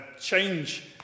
change